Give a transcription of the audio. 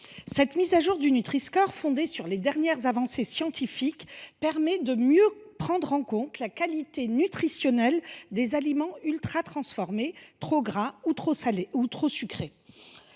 Cette mise à jour, fondée sur les dernières avancées scientifiques, permet de mieux prendre en compte la qualité nutritionnelle des aliments ultratransformés, trop gras, trop salés